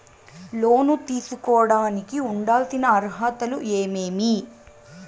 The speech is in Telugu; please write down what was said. లోను తీసుకోడానికి ఉండాల్సిన అర్హతలు ఏమేమి?